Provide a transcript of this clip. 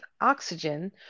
oxygen